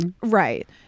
Right